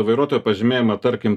vairuotojo pažymėjimą tarkim